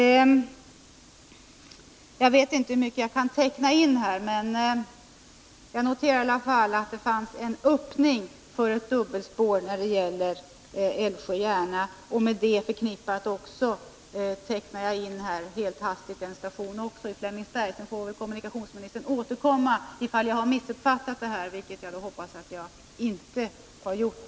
Jag vet inte hur mycket jag kan teckna in, men jag noterade av kommunikationsministerns anförande att det fanns en öppning för ett dubbelspår på sträckan Älvsjö-Järna. I och med det tecknar jag också helt hastigt in en station i Flemingsberg. Kommunikationsministern får väl återkomma, om jag har missuppfattat honom, vilket jag hoppas att jag inte har gjort.